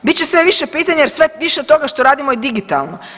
Bit će sve više pitanja jer sve više toga što radimo je digitalno.